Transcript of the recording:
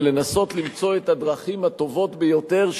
ולנסות למצוא את הדרכים הטובות ביותר,